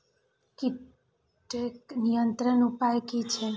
कीटके नियंत्रण उपाय कि छै?